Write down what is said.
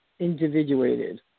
Individuated